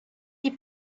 die